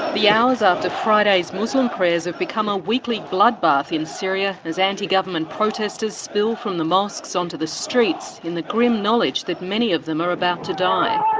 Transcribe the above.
the hours after friday's muslim prayers have become a weekly bloodbath in syria as anti-government protesters spill from the mosques onto the streets in the grim knowledge that many of them are about to die.